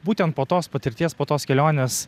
būtent po tos patirties po tos kelionės